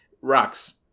rocks